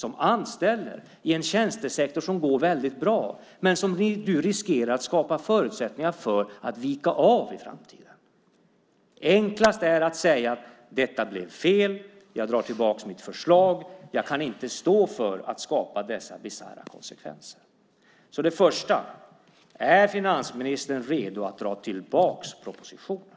De anställer i en tjänstesektor som går väldigt bra men som du riskerar att skapa sådana förutsättningar för att den viker av i framtiden. Enklast är att säga: Detta blev fel. Jag drar tillbaka mitt förslag. Jag kan inte stå för att skapa dessa bisarra konsekvenser. För det första: Är finansministern redo att dra tillbaka propositionen?